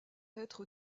être